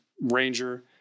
ranger